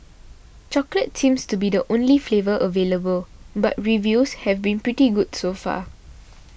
chocolate seems to be the only flavour available but reviews have been pretty good so far